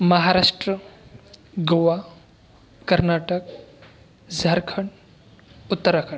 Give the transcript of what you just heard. Maharashtra Goa Karnataka Jharkhand Uttarakhand